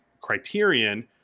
Criterion